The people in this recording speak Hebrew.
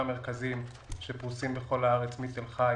58 מרכזים שפרוסים בכל הארץ מתל-חי